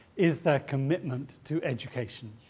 is their commitment to education.